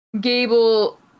Gable